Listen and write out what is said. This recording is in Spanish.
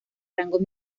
rango